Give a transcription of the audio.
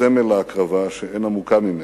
סמל להקרבה שאין עמוקה ממנה,